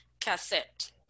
cassette